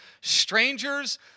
strangers